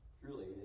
truly